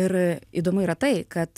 ir įdomu yra tai kad